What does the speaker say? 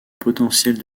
potentiel